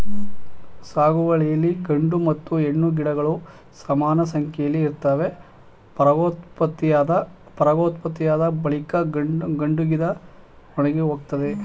ಸಾಗುವಳಿಲಿ ಗಂಡು ಮತ್ತು ಹೆಣ್ಣು ಗಿಡಗಳು ಸಮಾನಸಂಖ್ಯೆಲಿ ಇರ್ತವೆ ಪರಾಗೋತ್ಪತ್ತಿಯಾದ ಬಳಿಕ ಗಂಡುಗಿಡ ಒಣಗಿಹೋಗ್ತದೆ